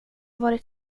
varit